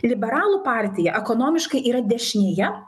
liberalų partija ekonomiškai yra dešinėje